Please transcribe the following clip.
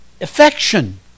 affection